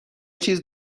چیز